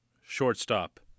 shortstop